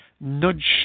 Nudge